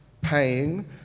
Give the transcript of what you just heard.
paying